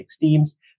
teams